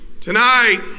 tonight